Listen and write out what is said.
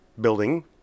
building